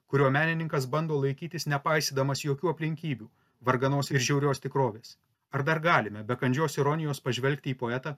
kurio menininkas bando laikytis nepaisydamas jokių aplinkybių varganos ir žiaurios tikrovės ar dar galime be kandžios ironijos pažvelgti į poetą